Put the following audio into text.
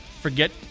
Forget